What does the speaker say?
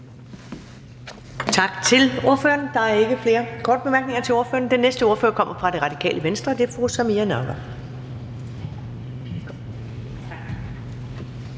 Tak til ordføreren. Der er ikke flere korte bemærkninger til ordføreren. Den næste ordfører kommer fra Det Radikale Venstre, og det er fru Samira Nawa.